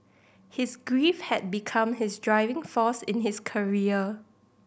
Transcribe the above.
his grief had become his driving force in his career